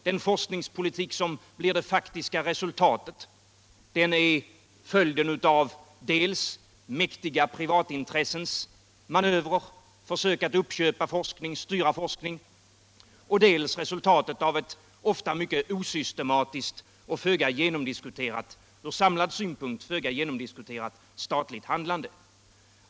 Den forskningspolitik som blir det faktiska resultatet är följden dels av mäktiga privatintressens manövrer och försök att uppköpa och styra forskningen, dels av ett ofta mycket osystematiskt och ur samlad synpunkt föga genomdiskuterat statligt handlande.